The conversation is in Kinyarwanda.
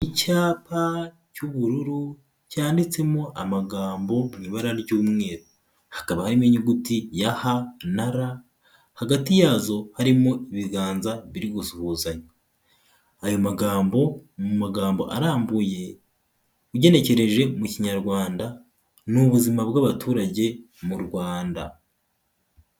Icyapa cy'ubururu cyanditsemo amagambo mu ibara ry'umweru, hakaba harimo inyuguti ya "H"na "R" hagati yazo harimo ibiganza biri gusuhuzanya, ayo magambo mu magambo arambuye ugenekereje mu kinyarwanda ni ubuzima bw'abaturage mu Rwanda.